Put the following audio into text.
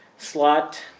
slot